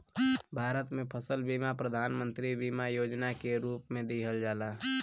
भारत में फसल बीमा प्रधान मंत्री बीमा योजना के रूप में दिहल जाला